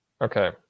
Okay